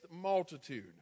multitude